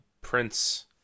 Prince